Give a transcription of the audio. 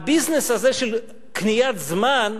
הביזנס הזה של קניית זמן,